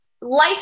life